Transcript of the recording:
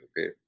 okay